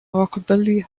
rockabilly